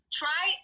try